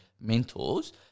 mentors